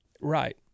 Right